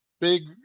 big